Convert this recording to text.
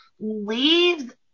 leaves